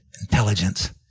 intelligence